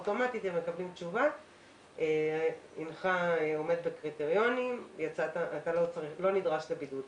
אוטומטית הם מקבלים תשובה שהם עומדים בקריטריונים והם לא נדרשים לבידוד.